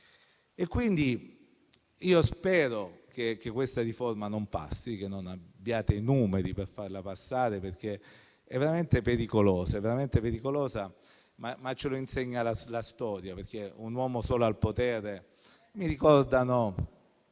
quindi spero che questa riforma non passi e che non abbiate i numeri per farla passare, perché è veramente pericolosa, come ci insegna la storia: un uomo solo al potere mi ricorda